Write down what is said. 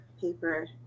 paper